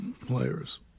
players